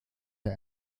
der